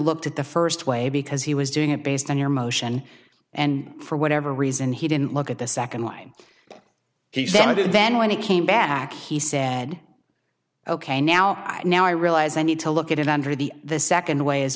looked at the first way because he was doing it based on your motion and for whatever reason he didn't look at the second line he said i did then when he came back he said ok now now i realize i need to look at it under the the second way as